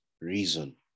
reason